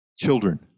Children